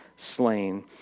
Slain